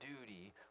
duty